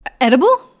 Edible